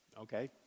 Okay